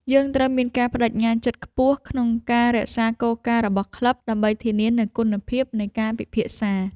យើងត្រូវមានការប្តេជ្ញាចិត្តខ្ពស់ក្នុងការរក្សាគោលការណ៍របស់ក្លឹប ដើម្បីធានានូវគុណភាពនៃការពិភាក្សា។